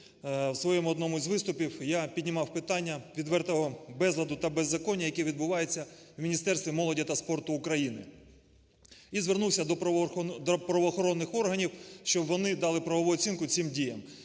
у своєму одному з виступів я піднімав питання відвертого безладу та беззаконня, яке відбувається в Міністерстві молоді та спорту України і звернувся до правоохоронних органів, щоб вони дали правову оцінку цим діям.